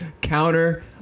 counter